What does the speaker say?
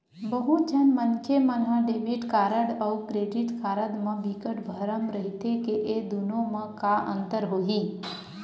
बहुत झन मनखे मन ह डेबिट कारड अउ क्रेडिट कारड म बिकट भरम रहिथे के ए दुनो म का अंतर होही?